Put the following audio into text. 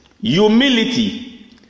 humility